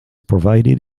provided